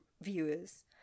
viewers